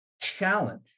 challenge